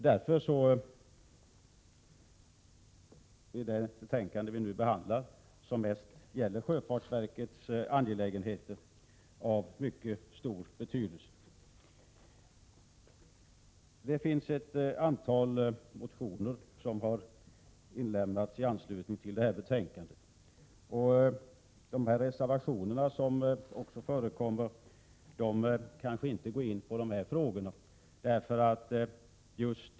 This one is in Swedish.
Därför är det betänkande vi nu behandlar, som mest gäller sjöfartsverkets angelägenheter, av mycket stor betydelse. I betänkandet behandlas också ett antal motioner, och de reservationer som avgivits har egentligen inte mycket med sjöfartsverket att göra.